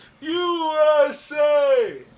USA